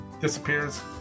disappears